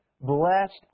Blessed